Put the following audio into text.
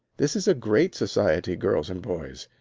this is a great society, girls and boys.